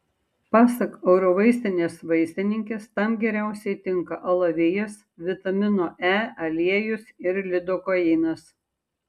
pasak eurovaistinės vaistininkės tam geriausiai tinka alavijas vitamino e aliejus ir lidokainas